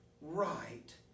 right